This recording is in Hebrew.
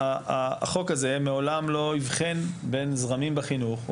החוק הזה מעולם לא הבחין בין זרמים בחינוך.